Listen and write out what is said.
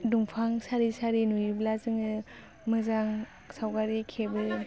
दंफां सारि सारि नुयोब्ला जोङो मोजां सावगारि खेबो